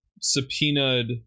subpoenaed